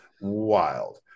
wild